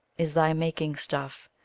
is thy making stuff!